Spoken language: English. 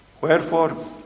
Wherefore